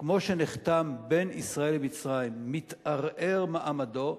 כמו שנחתם בין ישראל למצרים, מתערער מעמדו,